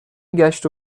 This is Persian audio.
گشت